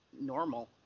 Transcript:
normal